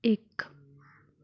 ਇੱਕ